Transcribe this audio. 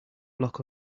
block